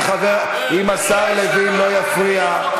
אם השר לוין לא יפריע,